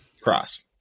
Cross